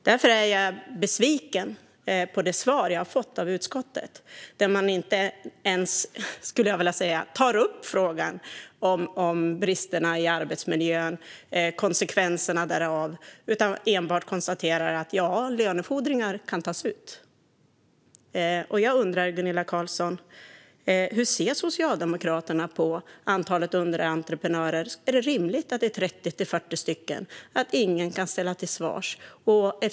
Därför är jag besviken på det svar jag har fått av utskottet, där man inte ens tar upp frågan om bristerna i arbetsmiljön och konsekvenserna därav utan enbart konstaterar att lönefordringar kan tas ut. Jag undrar, Gunilla Carlsson: Hur ser Socialdemokraterna på antalet underentreprenörer? Är det rimligt att det är 30-40 stycken, så att ingen kan ställas till svars?